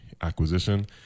acquisition